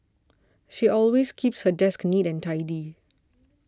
she always keeps her desk neat and tidy